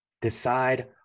Decide